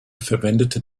verwendete